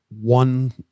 one